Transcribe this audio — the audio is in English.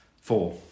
Four